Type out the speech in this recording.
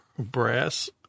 brass